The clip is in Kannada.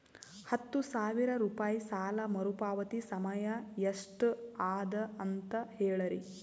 ಹತ್ತು ಸಾವಿರ ರೂಪಾಯಿ ಸಾಲ ಮರುಪಾವತಿ ಸಮಯ ಎಷ್ಟ ಅದ ಅಂತ ಹೇಳರಿ?